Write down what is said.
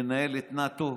מנהל את נאט"ו.